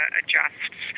adjusts